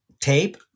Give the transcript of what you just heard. tape